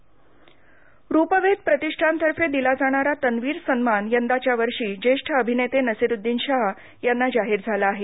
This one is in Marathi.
तन्वीर सन्मान रूपवेध प्रतिष्ठानतर्फे दिला जाणारा तन्वीर सन्मान यंदाच्या वर्षी ज्येष्ठ अभिनेते नसिरुद्दीन शाह यांना जाहीर झाला आहे